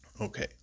Okay